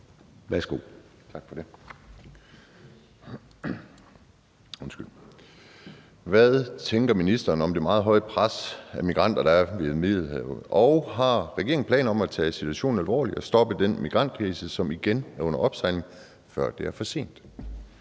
Hvad tænker ministeren om det meget høje pres af migranter, der er ved Middelhavet, og har regeringen planer om at tage situationen alvorligt og stoppe den migrantkrise, som igen er under opsejling, før det er for sent?